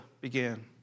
began